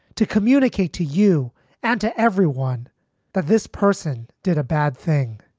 to communicate to you and to everyone that this person did a bad thing.